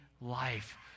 life